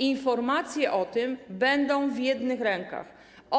Informacje o tym będą w jednych rękach: